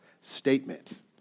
statement